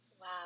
wow